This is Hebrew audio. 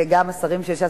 וגם השרים של ש"ס,